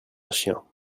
chiens